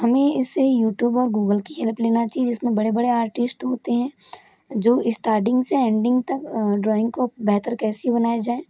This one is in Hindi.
हमें इससे यूट्यूब और गूगल की हेल्प लेना चाहिए जिसमे बड़े बड़े आर्टिस्ट होते है जो स्टार्टिंग से एन्डिंग तक ड्रॉइंग को बेहतर कैसे बनाया जाए